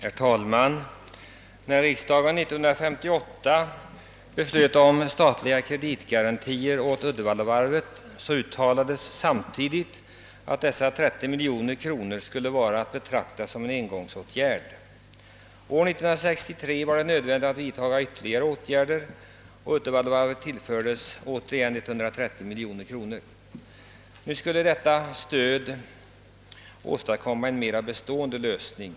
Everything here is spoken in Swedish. Herr talman! När riksdagen år 1958 beslöt om statliga kreditgarantier åt Uddevallavarvet uttalades det samtidigt att dessa 30 miljoner kronor skulle vara att betrakta som en engångsåtgärd. År 1963 var det åter nödvändigt att vidta åtgärder, och Uddevallavarvet tillfördes ytterligare 130 miljoner kronor. Nu skulle detta stöd åstadkomma en mera bestående lösning.